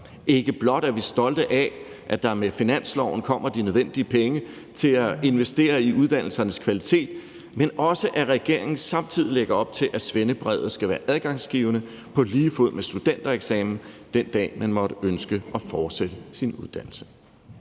Ikke blot er vi stolte af, at der med finansloven kommer de nødvendige penge til at investere i uddannelsernes kvalitet, men også, at regeringen samtidig lægger op til, at svendebrev skal være adgangsgivende på lige fod med studentereksamen, den dag man måtte ønske at fortsætte sin uddannelse.